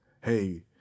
hey